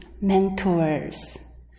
mentors